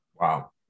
Wow